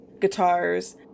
guitars